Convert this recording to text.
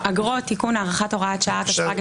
-- (אגרות) (תיקון) (ארכת הוראת שעה) תשפ"ג,